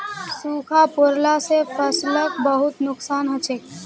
सूखा पोरला से फसलक बहुत नुक्सान हछेक